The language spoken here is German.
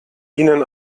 ihnen